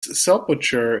sepulchre